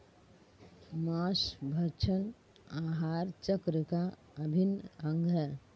माँसभक्षण आहार चक्र का अभिन्न अंग है